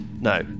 No